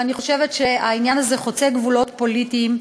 ואני חושבת שהעניין הזה חוצה גבולות פוליטיים,